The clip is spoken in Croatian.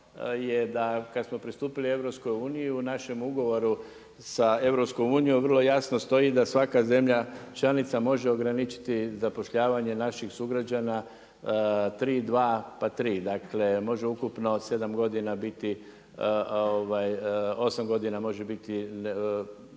je da kad smo pristupili EU, u našem ugovorom sa EU, vrlo jasno stoji da svaka zemlja, članica može ograničiti zapošljavanje naših sugrađana, 3, 2, pa 3, dakle, može ukupno 7 godina biti, 8 godina može biti